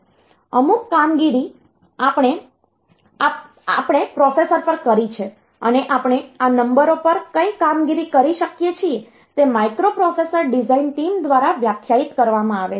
અમુક કામગીરી આપણે પ્રોસેસર પર કરી છે અને આપણે આ નંબરો પર કઈ કામગીરી કરી શકીએ છીએ તે માઇક્રોપ્રોસેસર ડિઝાઇન ટીમ દ્વારા વ્યાખ્યાયિત કરવામાં આવે છે